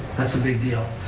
that's a big deal.